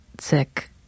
sick